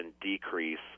decrease